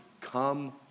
Come